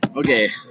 Okay